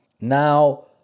Now